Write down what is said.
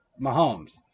Mahomes